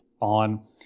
on